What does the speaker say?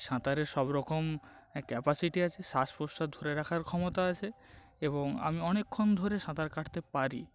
সাঁতারের সব রকম ক্যাপাসিটি আছে শ্বাস প্রশ্বাস ধরে রাখার ক্ষমতা আছে এবং আমি অনেকক্ষণ ধরে সাঁতার কাটতে পারি